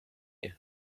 you